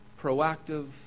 proactive